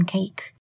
Cake